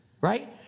Right